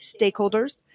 stakeholders